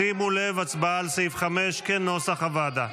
שימו לב, הצבעה על סעיף 5, כנוסח הוועדה.